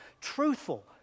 truthful